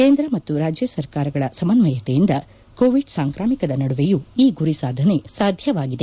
ಕೇಂದ್ರ ಮತ್ತು ರಾಜ್ಯ ಸರ್ಕಾರಗಳ ಸಮನ್ವಯತೆಯಿಂದ ಕೋವಿಡ್ ಸಾಂಕ್ರಾಮಿಕ ನಡುವೆಯೂ ಈ ಗುರಿ ಸಾಧನೆಗೆ ಸಾಧ್ಯವಾಗಿದೆ